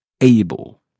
able